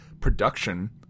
production